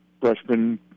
freshman